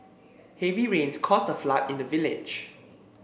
heavy rains caused a flood in the village